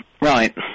Right